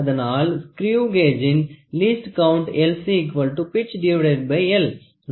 அதனால் ஸ்கரீவ் கேஜின் least count LC pitch L